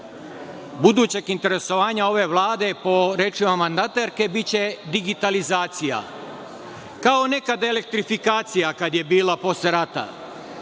budućeg interesovanja ove Vlade, po rečima mandatarke, biće digitalizacija, kao nekad elektrifikacija kad je bila posle rata,